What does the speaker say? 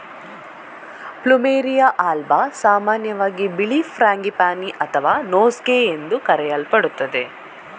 plumeria alba ಸಾಮಾನ್ಯವಾಗಿ ಬಿಳಿ frangipani ಅಥವಾ ನೋಸ್ಗೇ ಎಂದು ಕರೆಯಲ್ಪಡುತ್ತದೆ